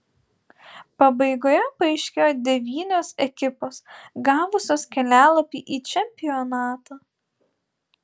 pabaigoje paaiškėjo devynios ekipos gavusios kelialapį į čempionatą